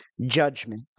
judgment